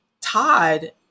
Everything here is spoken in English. Todd